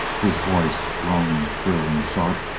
his voice, grown shrill and sharp,